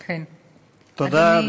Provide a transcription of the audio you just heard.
תודה.